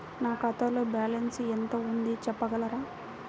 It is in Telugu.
నా ఖాతాలో బ్యాలన్స్ ఎంత ఉంది చెప్పగలరా?